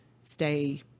stay